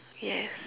yes